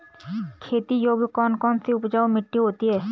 खेती योग्य कौन कौन सी उपजाऊ मिट्टी होती है?